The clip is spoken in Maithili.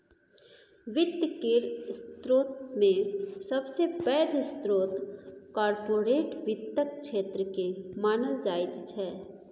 वित्त केर स्रोतमे सबसे पैघ स्रोत कार्पोरेट वित्तक क्षेत्रकेँ मानल जाइत छै